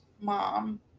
mom